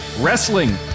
wrestling